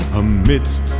amidst